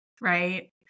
right